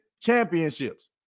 championships